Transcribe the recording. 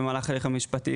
במהלך הליך המשפטי,